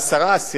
60,000,